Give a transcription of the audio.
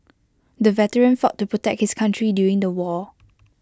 the veteran fought to protect his country during the war